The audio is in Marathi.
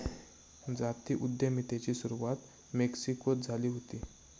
जाती उद्यमितेची सुरवात मेक्सिकोत झाली हुती